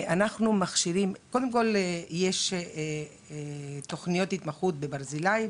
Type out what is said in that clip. קודם כול יש תכניות התמחות ב"ברזילי",